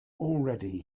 already